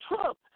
Trump